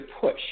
push